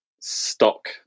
stock